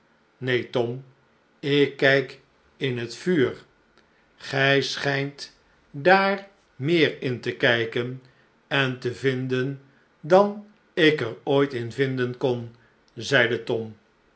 neen tom ik kijk in het vuur gij schijnt daar meer in te kijken te vinden dan ik er ooit in vinden kon zeide tom